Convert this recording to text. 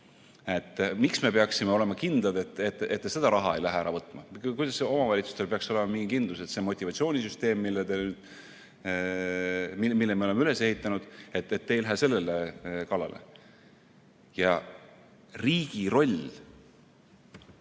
Miks me peaksime olema kindlad, et te seda raha ei lähe ära võtma? Või kuidas saab omavalitsustel olla mingi kindlus, et see motivatsioonisüsteem, mille me oleme üles ehitanud, püsib, et te ei lähe selle kallale? Riigi roll